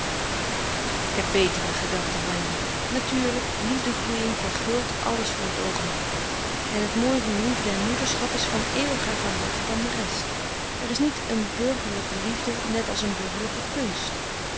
ik heb betere gedachte van je natuurlijk liefdegloeying verguldt alles voor t oogenblik en t mooi van liefde en moederschap is van eeuwiger gehalte dan de rest er is niet een burgerlijke liefde net as n burgerlijke kunst